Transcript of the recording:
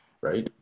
right